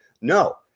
no